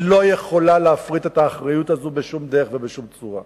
היא לא יכולה להפריט את האחריות הזאת בשום דרך ובשום צורה.